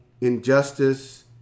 injustice